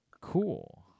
Cool